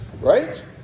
right